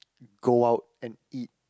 go out and eat